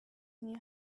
knew